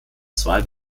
zwei